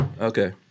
okay